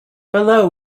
below